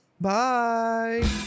Bye